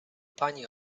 pani